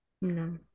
No